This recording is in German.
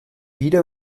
wieder